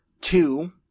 Two